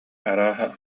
арааһа